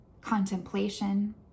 contemplation